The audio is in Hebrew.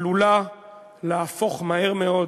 עלולה להפוך מהר מאוד